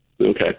Okay